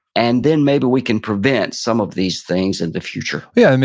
and then maybe we can prevent some of these things in the future yeah,